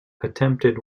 attempted